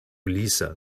lisa